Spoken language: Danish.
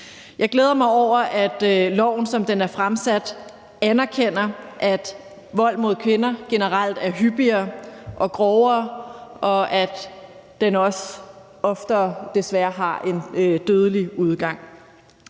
Jeg glæder mig over, at lovforslaget, som det er fremsat, anerkender, at vold mod kvinder generelt er hyppigere og grovere, og at den også oftere desværre har en dødelig udgang.